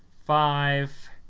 five,